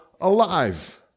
alive